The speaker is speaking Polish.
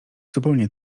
zupełnie